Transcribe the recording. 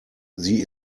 sie